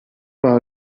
war